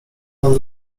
pan